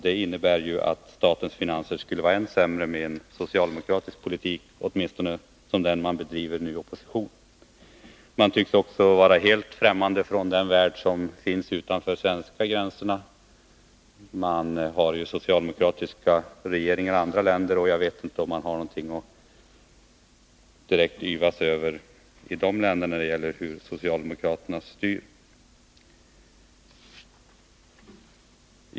Det innebär alltså att statens finanser skulle ha varit ännu sämre med en socialdemokratisk politik, åtminstone om det varit en sådan politik som den socialdemokraterna nu talar för i opposition. Man tycks också vara helt främmande för den värld som finns utanför Sveriges gränser. Det finns ju länder som har socialdemokratiska regeringar, men jag vet inte om man har något att direkt yvas över i de länderna när det gäller socialdemokraternas sätt att styra.